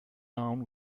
down